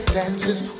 dances